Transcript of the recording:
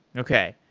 okay.